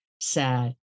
sad